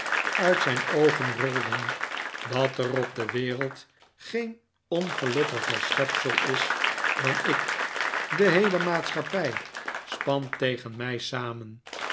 de ongelukkigste oogen rolden dat er op de wereld geen ongelukkiger schepsel is dan ik de heele maatschappij spant tegen mij samen